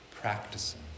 Practicing